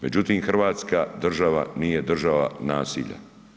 Međutim, hrvatska država nije država nasilja.